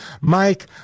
Mike